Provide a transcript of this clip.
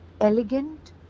elegant